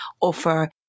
offer